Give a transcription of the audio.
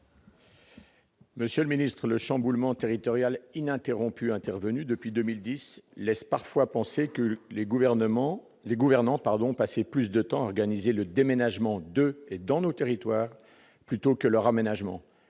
Monsieur le ministre, le chamboulement territorial ininterrompu intervenu depuis 2010 laisse parfois penser que les gouvernants passaient plus de temps à organiser le déménagement de et dans nos territoires que l'aménagement